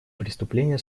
преступления